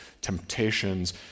temptations